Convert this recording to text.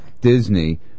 Disney